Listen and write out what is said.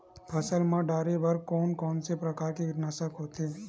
फसल मा डारेबर कोन कौन प्रकार के कीटनाशक होथे?